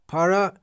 Para